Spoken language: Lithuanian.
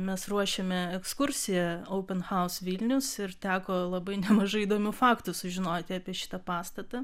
mes ruošėme ekskursiją oupen haus vilnius ir teko labai nemažai įdomių faktų sužinoti apie šitą pastatą